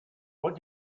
what